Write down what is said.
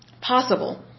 possible